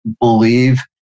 believe